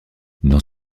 dans